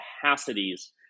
capacities